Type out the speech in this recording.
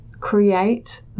create